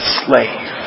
slave